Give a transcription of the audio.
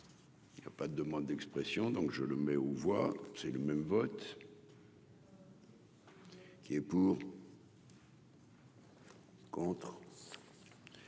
Il y a pas de demande d'expression, donc je le mets aux voix, c'est le même vote. Qui est pour. Contre,